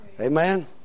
Amen